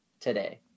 today